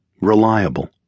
Reliable